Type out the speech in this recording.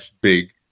big